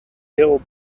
ill